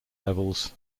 levels